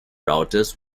routers